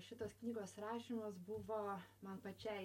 šitos knygos rašymas buvo man pačiai